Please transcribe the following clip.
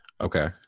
Okay